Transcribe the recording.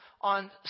on